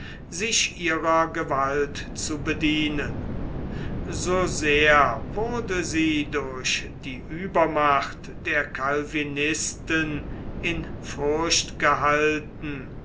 sich ihrer gewalt zu bedienen so sehr wurde sie durch die uebermacht der calvinisten in furcht gehalten